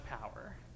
power